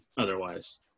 otherwise